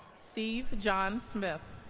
steve john smith